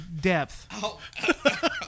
depth